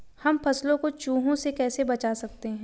हम फसलों को चूहों से कैसे बचा सकते हैं?